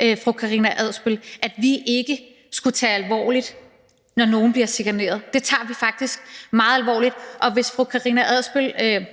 over for fru Karina Adsbøl, at vi ikke skulle tage det alvorligt, når nogen bliver chikaneret. Det tager vi faktisk meget alvorligt. Fru Karina Adsbøl